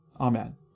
Amen